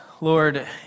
Lord